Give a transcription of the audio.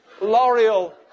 L'Oreal